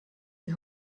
die